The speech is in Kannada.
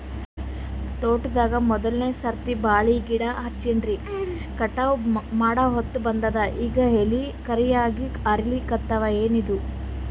ತೋಟದಾಗ ಮೋದಲನೆ ಸರ್ತಿ ಬಾಳಿ ಗಿಡ ಹಚ್ಚಿನ್ರಿ, ಕಟಾವ ಮಾಡಹೊತ್ತ ಬಂದದ ಈಗ ಎಲಿ ಕರಿಯಾಗಿ ಹರಿಲಿಕತ್ತಾವ, ಏನಿದು?